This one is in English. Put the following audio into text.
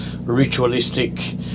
ritualistic